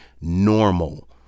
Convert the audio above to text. normal